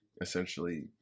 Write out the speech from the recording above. essentially –